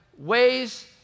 Ways